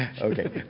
Okay